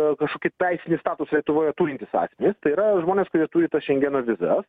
kažkokį teisinį statusą lietuvoje turintys asmenys tai yra žmonės kurie turi tas šengeno vizas